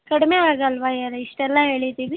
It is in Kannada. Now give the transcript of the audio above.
ಕಡಿಮೆ ಆಗಲ್ವ ಇವರೇ ಇಷ್ಟೆಲ್ಲ ಹೇಳಿದ್ದೀವಿ